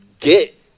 get